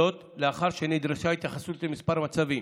זאת, לאחר שנדרשה התייחסות לכמה מצבים: